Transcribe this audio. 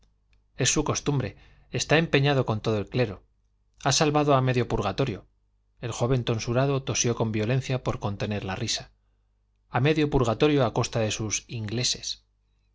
es su costumbre está empeñado con todo el clero ha salvado a medio purgatorio el joven tonsurado tosió con violencia por contener la risa a medio purgatorio a costa de sus ingleses